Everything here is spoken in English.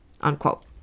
unquote